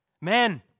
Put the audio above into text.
Men